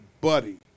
buddy